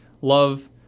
love